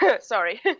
sorry